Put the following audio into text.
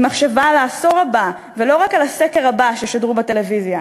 עם מחשבה על העשור הבא ולא רק על הסקר הבא שישדרו בטלוויזיה.